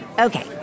Okay